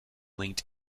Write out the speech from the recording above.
linked